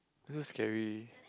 look scary